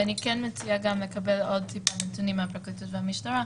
ואני כן מציעה לקבל עוד טיפה נתונים מהפרקליטות והמשטרה,